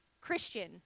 Christian